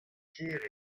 ker